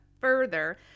further